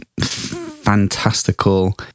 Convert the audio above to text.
fantastical